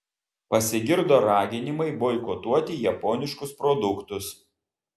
pasigirdo raginimai boikotuoti japoniškus produktus